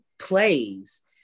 plays